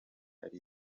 ari